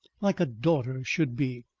like a daughter should be.